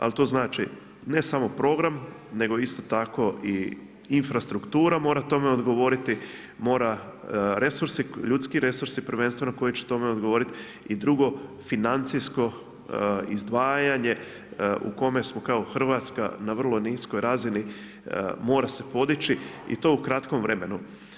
Ali to znači ne samo program, nego isto tako i infrastruktura mora tome odgovoriti, mora ljudski resursi prvenstveno koji će tome odgovoriti i drugo financijsko izdvajanje u kome smo kao Hrvatska na vrlo niskoj razini mora se podići i to u kratkom vremenu.